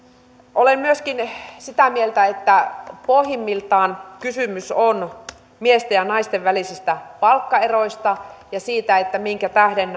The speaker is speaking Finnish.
olen myöskin sitä mieltä että pohjimmiltaan kysymys on miesten ja naisten välisistä palkkaeroista ja siitä minkä tähden